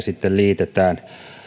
sitten liitetään